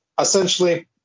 Essentially